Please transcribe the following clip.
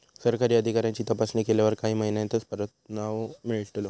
सरकारी अधिकाऱ्यांची तपासणी केल्यावर काही महिन्यांतच परवानो मिळतलो